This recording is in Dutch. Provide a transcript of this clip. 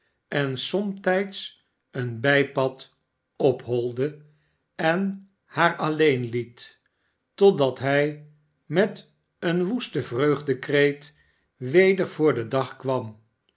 en somtijds een bijpad opholde en haar alleen liet totdat hij met een woesten vreugdekreet weder voor den dag kwam